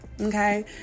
okay